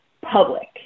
public